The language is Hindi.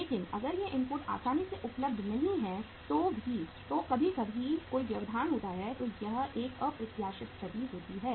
लेकिन अगर ये इनपुट आसानी से उपलब्ध नहीं हैं या कभी कभी कोई व्यवधान होता है तो एक अप्रत्याशित स्थिति होती है